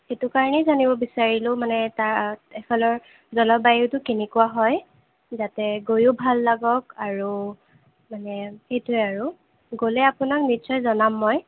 সেইটো কাৰণে জানিব বিচাৰিলোঁ মানে তাত এফালৰ জলবায়ুটো কেনেকুৱা হয় যাতে গৈয়ো ভাল লাগক আৰু মানে সেইটোৱেই আৰু গ'লে আপোনাক নিশ্চয় জনাম মই